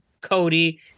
Cody